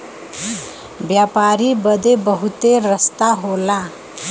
व्यापारी बदे बहुते रस्ता होला